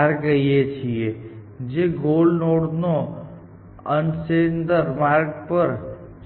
r કહીએ છીએજે goal નોડનો અનસેસ્ટર માર્ગ પર છે